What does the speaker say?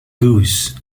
goose